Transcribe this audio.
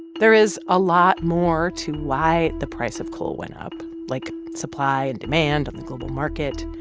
there is a lot more to why the price of coal went up, like supply and demand on the global market.